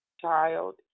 child